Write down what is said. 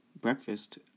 breakfast